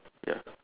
ya